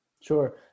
sure